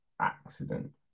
accident